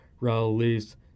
released